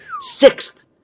Sixth